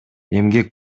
эмгек